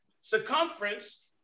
circumference